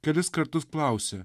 kelis kartus klausia